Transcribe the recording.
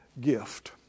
gift